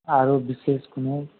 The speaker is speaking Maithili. आरो विशेष कोनो